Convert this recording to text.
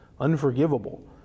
unforgivable